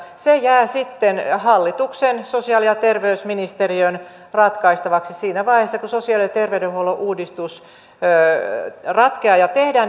se jää sitten hallituksen ja sosiaali ja terveysministeriön ratkaistavaksi siinä vaiheessa kun sosiaali ja terveydenhuollon uudistus ratkeaa ja tehdään